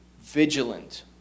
vigilant